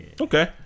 Okay